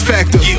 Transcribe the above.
Factor